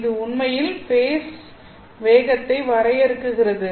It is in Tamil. இது உண்மையில் ஃபேஸ் வேகத்தை வரையறுக்கிறது